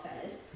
first